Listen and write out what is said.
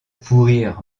pourrir